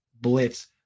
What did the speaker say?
Blitz